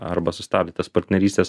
arba sustabdė tas partnerystes